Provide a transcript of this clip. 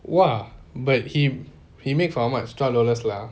!wah! but he he make for how much twelve dollars lah